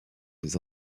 des